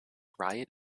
riot